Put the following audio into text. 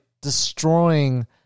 destroying